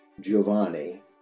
Giovanni